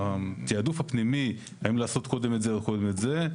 התעדוף הפנימי האם לעשות קודם את זה או קודם את זה,